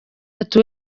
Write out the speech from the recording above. ati